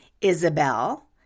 Isabel